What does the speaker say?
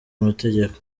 amategeko